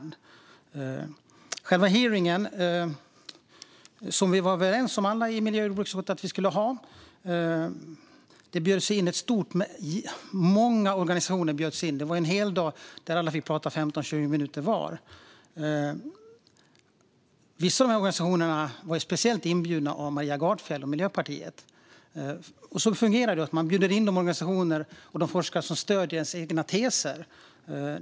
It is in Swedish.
Alla i miljö och jordbruksutskottet var överens om att hålla hearingen. Många organisationer bjöds in. Det var en heldag där alla fick prata 15-20 minuter vardera. Vissa av organisationerna var speciellt inbjudna av Maria Gardfjell och Miljöpartiet. Så fungerar det, det vill säga att man bjuder in de organisationer och forskare som stöder ens egna teser.